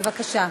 בבקשה.